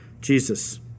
Jesus